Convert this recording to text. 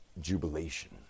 jubilation